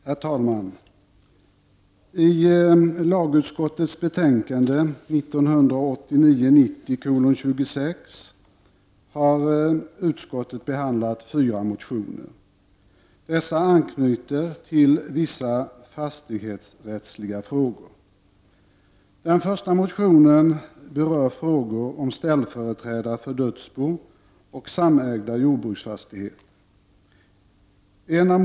Herr talman! I lagutskottets betänkande 1989/90:26 har utskottet behandlat fyra motioner. Dessa anknyter till vissa fastighetsrättsliga frågor. Den första motionen berör frågor om ställföreträdare för dödsbon och samägda jordbruksfastigheter.